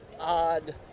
odd